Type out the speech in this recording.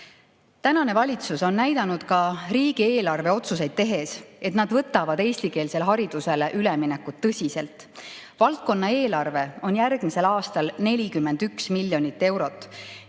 valitsus on näidanud ka riigieelarve otsuseid tehes, et nad võtavad eestikeelsele haridusele üleminekut tõsiselt. Valdkonna eelarve on järgmisel aastal 41 miljonit eurot,